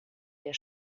der